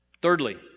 Thirdly